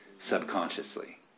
subconsciously